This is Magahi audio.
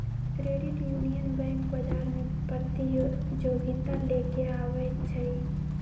क्रेडिट यूनियन बैंक बजार में प्रतिजोगिता लेके आबै छइ